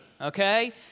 okay